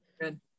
good